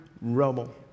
rubble